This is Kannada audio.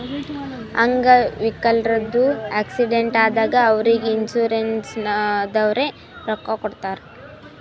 ಅಂಗ್ ವಿಕಲ್ರದು ಆಕ್ಸಿಡೆಂಟ್ ಆದಾಗ್ ಅವ್ರಿಗ್ ಇನ್ಸೂರೆನ್ಸದವ್ರೆ ರೊಕ್ಕಾ ಕೊಡ್ತಾರ್